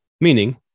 Meaning